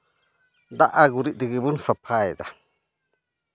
ᱫᱟᱜ ᱟᱨ ᱜᱩᱨᱤᱡ ᱛᱮᱜᱮ ᱵᱚᱱ ᱥᱟᱯᱷᱟᱭᱫᱟ